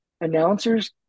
announcer's